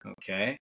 okay